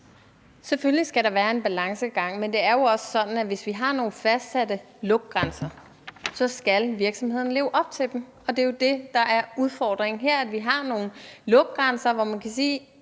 Selvfølgelig skal der være en balancegang, men det er jo også sådan, at hvis vi har nogle fastsatte lugtgrænser, skal virksomheden leve op til dem. Det er jo det, der er udfordringen her. Vi har nogle lugtgrænser, og der,